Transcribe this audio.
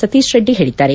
ಸತೀಶ್ ರೆಡ್ಡಿ ಹೇಳಿದ್ದಾರೆ